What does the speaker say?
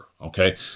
okay